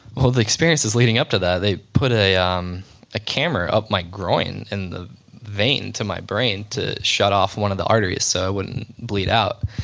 well the experiences leading up to that, they put a um camera up my groin in the vein to my brain to shut off one of the arteries so i wouldn't bleed out.